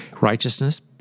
Righteousness